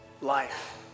life